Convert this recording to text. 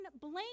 Blame